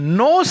no